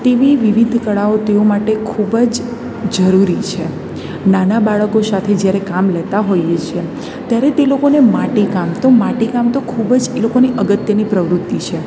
તેવી વિવિધ કળાઓ તેઓ માટે ખૂબ જ જરૂરી છે નાના બાળકો સાથે જ્યારે કામ લેતાં હોઈએ છીએ ત્યારે તે લોકોને માટીકામ તો માટી કામ તો ખૂબ જ એ લોકોની અગત્યની પ્રવૃત્તિ છે